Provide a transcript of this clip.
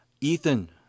Ethan